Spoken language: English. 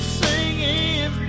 singing